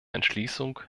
entschließung